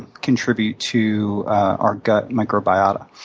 contribute to our gut microbiota.